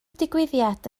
digwyddiad